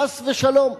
חס ושלום,